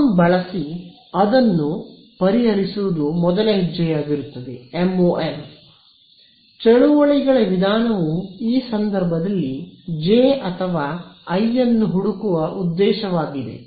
MoM ಬಳಸಿ ಅದನ್ನು ಪರಿಹರಿಸುವುದು ಮೊದಲ ಹೆಜ್ಜೆಯಾಗಿರುತ್ತದೆ ಚಳುವಳಿಗಳ ವಿಧಾನವು ಈ ಸಂದರ್ಭದಲ್ಲಿ ಜೆ ಅಥವಾ ಐ ಅನ್ನು ಹುಡುಕುವ ಉದ್ದೇಶವಾಗಿದೆ